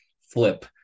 flip